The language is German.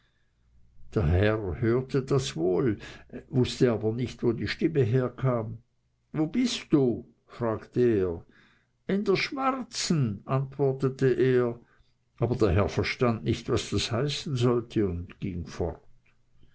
der herr hörte das wohl wußte aber nicht wo die stimme herkam wo bist du fragte er in der schwarzen antwortete er aber der herr verstand nicht was das heißen sollte und ging fort